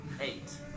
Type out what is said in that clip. Eight